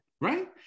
Right